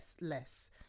less